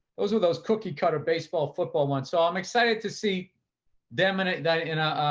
those were those cookie cutter baseball football one. so i'm excited to see them in that in a,